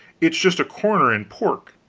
it's just a corner in pork,